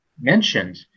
mentioned